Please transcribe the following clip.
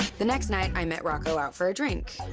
the next night, i met rocco out for a drink.